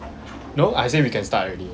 no I said we can start already